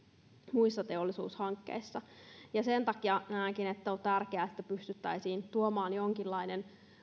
muissa teollisuushankkeissa sen takia näenkin että on tärkeää että pystyttäisiin tuomaan jonkinlainen